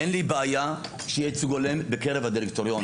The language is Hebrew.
אין לי בעיה שיהיה ייצוג הולם בקרב הדירקטוריון.